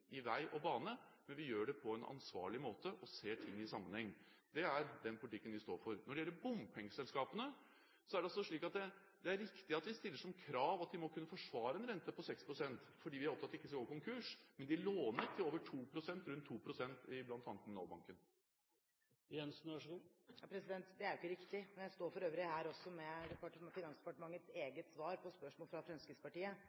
i vei og bane, men vi gjør det på en ansvarlig måte og ser ting i sammenheng. Det er den politikken vi står for. Når det gjelder bompengeselskapene, er det riktig at vi stiller som krav at de må kunne forsvare en rente på 6 pst., fordi vi er opptatt av at de ikke skal gå konkurs, men de låner til rundt 2 pst., bl.a. i Kommunalbanken. Det er jo ikke riktig. Jeg står for øvrig her med